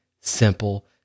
simple